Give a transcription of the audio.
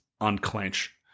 unclench